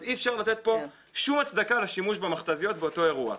אז אי אפשר לתת פה שום הצדקה לשימוש במכת"זיות באותו אירוע.